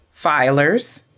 filers